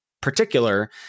particular